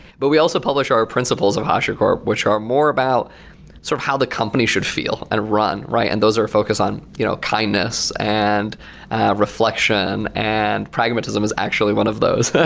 but we also publish our principles of hashicorp, which are more about sort of how the company should feel and run, and those are focused on you know kindness, and reflection, and pragmatism is actually one of those.